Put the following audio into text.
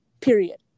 Period